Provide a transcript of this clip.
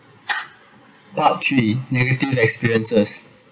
part three negative experiences